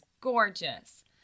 gorgeous